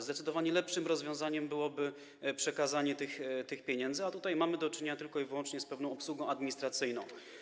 Zdecydowanie lepszym rozwiązaniem byłoby przekazanie tych pieniędzy, a tutaj mamy do czynienia tylko i wyłącznie z pewną obsługą administracyjną.